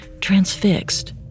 transfixed